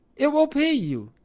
it will pay you.